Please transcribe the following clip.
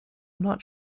not